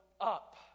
up